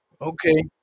Okay